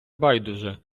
байдуже